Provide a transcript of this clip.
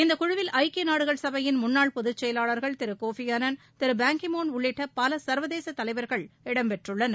இந்தக் குழுவில் ஐக்கிய நாடுகள் சபையின் முன்னாள் பொதுச் செயலாளர்கள் திரு கோஃபி அனான் திரு பான் கி மூன் உள்ளிட்ட பல சா்வதேச தலைவர்கள் இடம்பெற்றுள்ளனர்